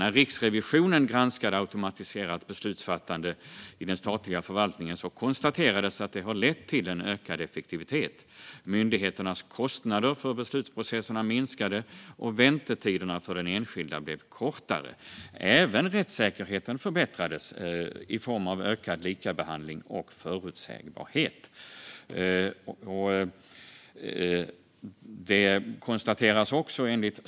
När Riksrevisionen granskade automatiserat beslutsfattande i den statliga förvaltningen konstaterades att det har lett till en ökad effektivitet. Myndigheternas kostnader för beslutsprocesserna minskade, och väntetiderna för enskilda blev kortare. Även rättssäkerheten förbättrades i form av ökad likabehandling och förutsägbarhet.